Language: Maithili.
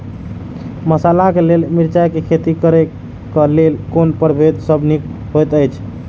मसाला के लेल मिरचाई के खेती करे क लेल कोन परभेद सब निक होयत अछि?